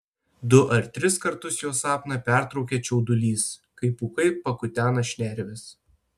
du ar tris kartus jo sapną pertraukia čiaudulys kai pūkai pakutena šnerves